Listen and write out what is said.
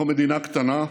אנחנו מדינה קטנה,